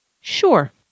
sure